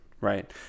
right